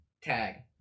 Tag